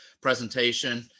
presentation